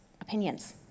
opinions